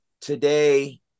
today